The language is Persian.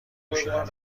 نوشیدنی